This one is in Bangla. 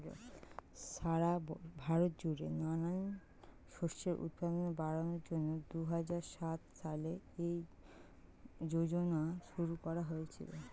সারা ভারত জুড়ে নানান শস্যের উৎপাদন বাড়ানোর জন্যে দুহাজার সাত সালে এই যোজনা শুরু করা হয়েছিল